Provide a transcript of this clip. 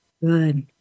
Good